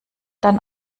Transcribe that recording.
dann